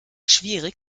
schwierig